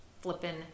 flipping